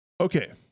Okay